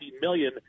million